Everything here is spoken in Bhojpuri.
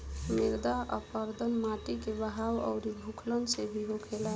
मृदा अपरदन माटी के बहाव अउरी भूखलन से भी होखेला